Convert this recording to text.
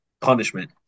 Punishment